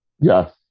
Yes